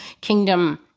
kingdom